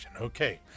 Okay